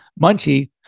Munchie